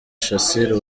shassir